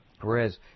Whereas